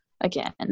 again